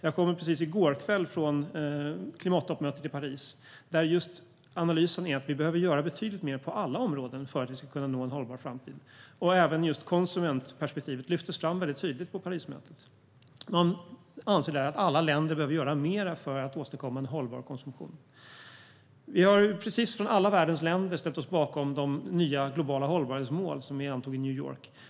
Jag kom i går kväll från klimattoppmötet i Paris, där analysen just är vi behöver göra betydligt mer på alla områden för att vi ska kunna nå en hållbar framtid. Även just konsumentperspektivet lyftes fram väldigt tydligt på Parismötet. Man anser att alla länder behöver göra mer för att åstadkomma en hållbar konsumtion. Vi har från alla världens länder precis ställt oss bakom de nya globala hållbarhetsmål vi antog i New York.